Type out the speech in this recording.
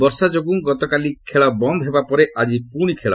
ବର୍ଷା ଯୋଗୁଁ ଗତକାଲି ଖେଳ ବନ୍ଦ୍ ହେବା ପରେ ଆଜି ପୁଣି ଖେଳ